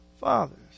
fathers